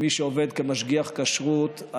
מי שעובד כמשגיח כשרות,